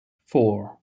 four